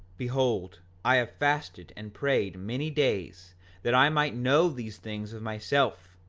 behold, i have fasted and prayed many days that i might know these things of myself.